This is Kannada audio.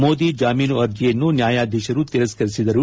ಮೋದಿ ಜಾಮೀನು ಆರ್ಜಿಯನ್ನು ನ್ಯಾಯಾಧೀಶರು ತಿರಸ್ಕರಿಸಿದರು